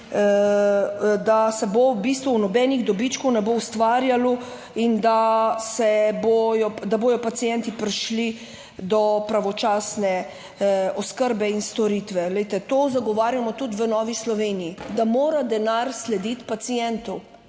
da se bo v bistvu nobenih dobičkov ne bo ustvarjalo in da se bodo, da bodo pacienti prišli do pravočasne oskrbe in storitve. Glejte, to zagovarjamo tudi v Novi Sloveniji, da mora denar slediti pacientu